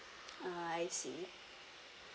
ah I see